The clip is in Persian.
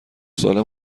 ساله